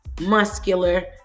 muscular